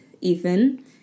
Ethan